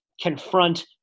confront